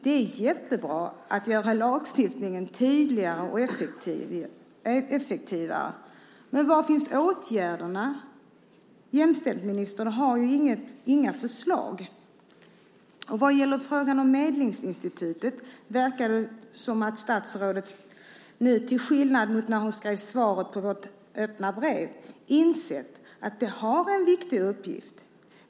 Det är jättebra att göra lagstiftningen tydligare och effektivare. Men var finns åtgärderna? Jämställdhetsministern har ju inga förslag. Vad gäller frågan om Medlingsinstitutet verkar det som att statsrådet nu, till skillnad mot när hon skrev svaret på vårt öppna brev, har insett att det har en viktig uppgift.